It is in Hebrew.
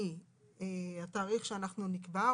מהתאריך שנקבע,